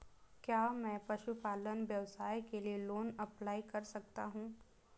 क्या मैं पशुपालन व्यवसाय के लिए लोंन अप्लाई कर सकता हूं?